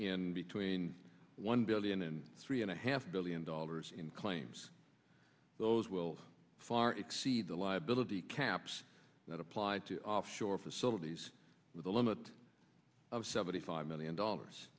in between one billion and three and a half billion dollars in claims those will far exceed the liability caps that apply to offshore facilities with a limit of seventy five million dollars